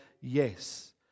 Yes